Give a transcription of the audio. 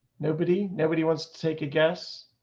nobody, nobody wants to take a guess.